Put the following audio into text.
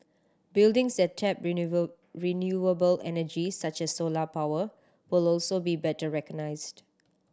buildings that tap renewable energy such as solar power will also be better recognised